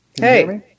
Hey